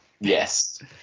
Yes